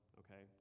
okay